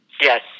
Yes